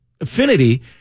affinity